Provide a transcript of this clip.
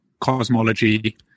cosmology